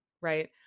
right